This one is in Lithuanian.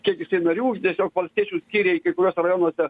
kiek narių tiesiog valstiečių skyrė kai kuriuose rajonuose